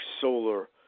solar